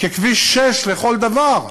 ככביש 6 לכל דבר,